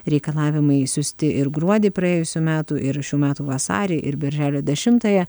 reikalavimai siųsti ir gruodį praėjusių metų ir šių metų vasarį ir birželio dešimtąją